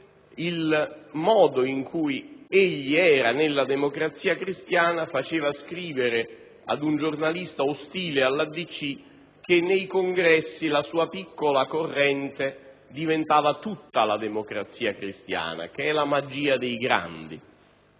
il modo in cui egli stava nella Democrazia cristiana faceva scrivere ad un giornalista ostile alla DC che nei congressi la sua piccola corrente diventava tutta la Democrazia cristiana, una magia propria